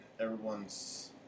everyone's